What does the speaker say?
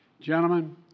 Gentlemen